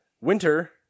Winter